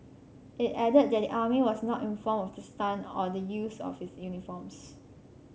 it added that the army was not informed of the stunt or the use of its uniforms